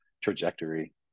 trajectory